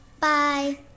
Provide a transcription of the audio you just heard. Bye